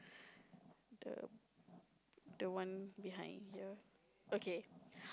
the the one behind here okay